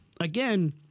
again